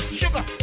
sugar